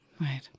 Right